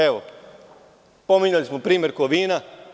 Evo, pominjali smo primer Kovina.